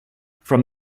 from